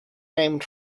named